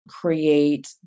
create